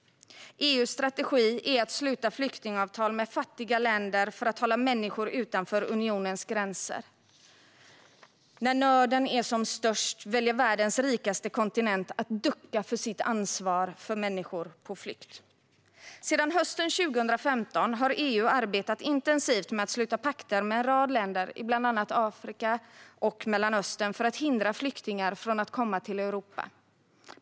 EU:s strategi är att sluta flyktingavtal med fattiga länder för att hålla människor utanför unionens gränser. När nöden är som störst väljer världens rikaste kontinent att ducka för sitt ansvar för människor på flykt. Sedan hösten 2015 har EU arbetat intensivt med att sluta pakter med en rad länder i bland annat Afrika och Mellanöstern för att hindra flyktingar från att komma till Europa.